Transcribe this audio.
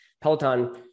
Peloton